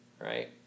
right